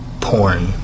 Porn